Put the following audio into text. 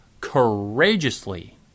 courageously